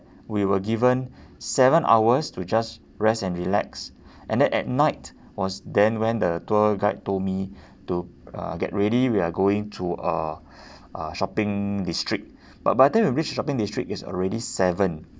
we were given seven hours to just rest and relax and then at night was then when the tour guide told me to uh get ready we're going to a uh shopping district but by the time we reach the shopping district it's already seven